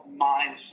mindset